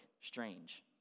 strange